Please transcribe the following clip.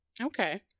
Okay